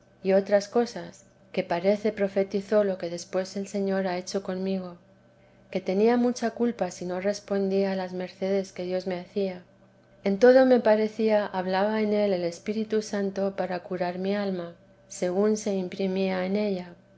y otras cosas que parece profetizó lo que después el señor ha hecho conmigo que temía mucha culpa si no respondía a las mercedes que dios me hacía en todo me parecía hablaba en él el espíritu santo para curar mi alma según se imprimía en ella